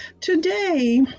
Today